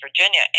Virginia